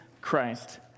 Christ